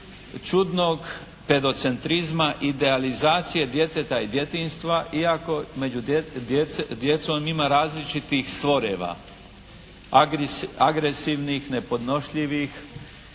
čudnog pedocentrizma idealizacije djeteta i djetinjstva iako među djecom ima različitih stvoreva, agresivnih, nepodnošljivih,